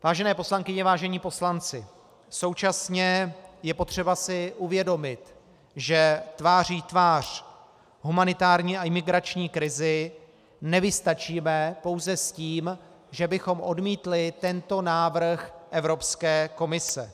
Vážené poslankyně, vážení poslanci, současně je potřeba si uvědomit, že tváří v tvář humanitární a imigrační krizi nevystačíme pouze s tím, že bychom odmítli tento návrh Evropské komise.